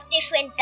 different